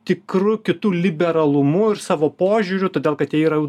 tikru kitu liberalumu ir savo požiūriu todėl kad jie yra jau